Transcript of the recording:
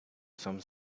some